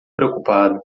preocupado